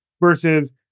versus